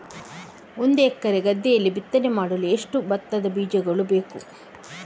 ಒಂದು ಎಕರೆ ಗದ್ದೆಯಲ್ಲಿ ಬಿತ್ತನೆ ಮಾಡಲು ಎಷ್ಟು ಭತ್ತದ ಬೀಜಗಳು ಬೇಕು?